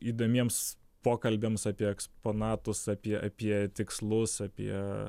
įdomiems pokalbiams apie eksponatus apie apie tikslus apie